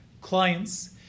clients